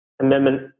amendment